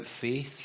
faith